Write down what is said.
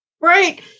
Right